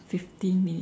fifteen minutes